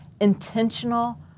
intentional